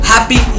Happy